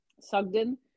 Sugden